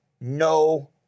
no